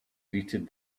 greeted